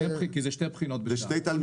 זה שתי תלמידים.